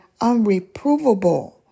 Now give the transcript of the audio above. unreprovable